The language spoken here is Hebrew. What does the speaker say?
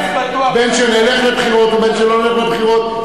בין שנלך לבחירות ובין שלא נלך לבחירות,